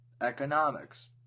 economics